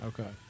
Okay